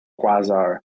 Quasar